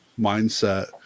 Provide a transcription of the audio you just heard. mindset